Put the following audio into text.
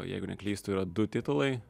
jeigu neklystu yra du titulai